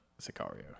Sicario